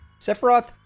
Sephiroth